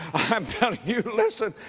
i'm telling you, listen,